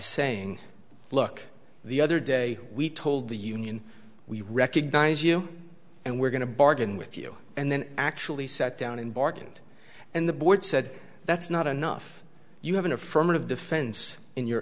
saying look the other day we told the union we recognize you and we're going to bargain with you and then actually sat down and bargained and the board said that's not enough you have an affirmative defense in your